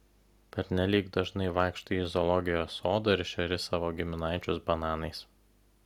pernelyg dažnai vaikštai į zoologijos sodą ir šeri savo giminaičius bananais